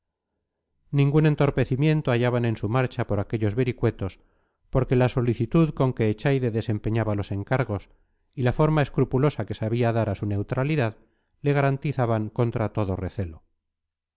ningún entorpecimiento hallaban en su marcha por aquellos vericuetos porque la solicitud con que echaide desempeñaba los encargos y la forma escrupulosa que sabía dar a su neutralidad le garantizaban contra todo recelo